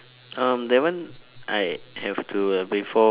um that one I have to a before